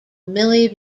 milly